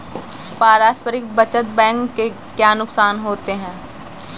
पारस्परिक बचत बैंक के क्या नुकसान होते हैं?